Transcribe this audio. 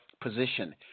position